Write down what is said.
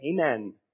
Amen